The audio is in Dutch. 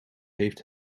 heeft